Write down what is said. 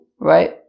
right